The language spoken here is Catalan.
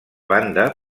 banda